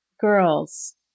girls